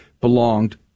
belonged